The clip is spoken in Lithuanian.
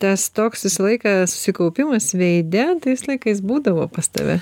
tas toks visą laiką susikaupimas veide tais laikais būdavo pas tave